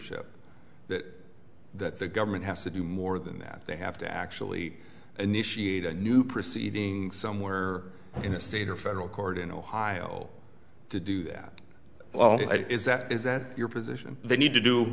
ship that that the government has to do more than that they have to actually initiate a new proceeding somewhere or in a state or federal court in ohio to do that is that is that your position they need to do